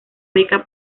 beca